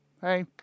Hey